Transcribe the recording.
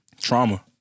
Trauma